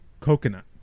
coconut